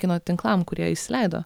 kino tinklam kurie įsileido